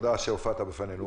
תודה שהופעת בפנינו.